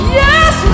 yes